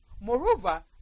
moreover